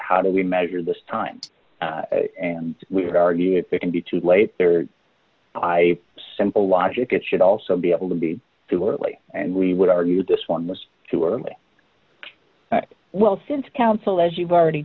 how do we measure this time and we would argue that there can be too late there are a simple logic it should also be able to be too early and we would argue this one was too early well since counsel as you've already